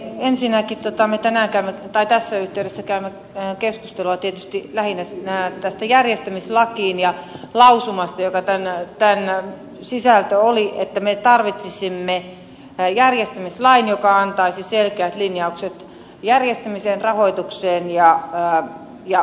ensinnäkin me tässä yhteydessä käymme keskustelua tietysti lähinnä tästä järjestämislaista ja lausumasta jonka sisältö oli että me tarvitsisimme järjestämislain joka antaisi selkeät linjaukset järjestämiseen rahoitukseen ja organisointiin